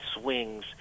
swings